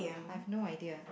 I've no idea